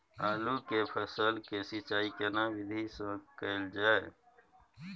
आलू के फसल के सिंचाई केना विधी स कैल जाए?